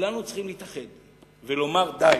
כולנו צריכים להתאחד ולומר: די.